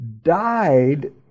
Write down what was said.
died